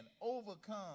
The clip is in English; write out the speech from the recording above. overcome